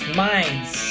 minds